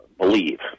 believe